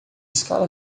escala